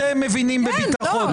אתם מבינים בביטחון.